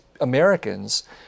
Americans